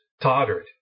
tottered